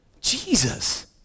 Jesus